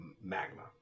magma